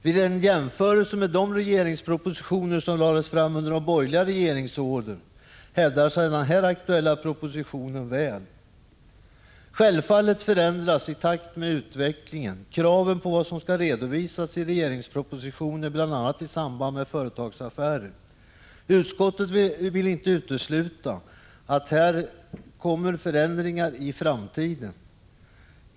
Vid en jämförelse med de regeringspropositioner som lades fram under de borgerliga regeringsåren, hävdar sig den aktuella propositionen väl. Självfallet förändras, i takt med utvecklingen, kraven på vad som skall redovisas i regeringspropositioner, bl.a. i samband med företagsaffärer. Utskottet utesluter inte att det kommer förändringar i framtiden.